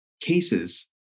cases